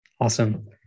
Awesome